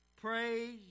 Praise